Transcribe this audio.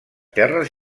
terres